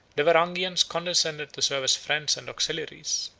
the varangians condescended to serve as friends and auxiliaries,